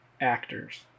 actors